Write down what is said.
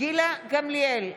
גילה גמליאל,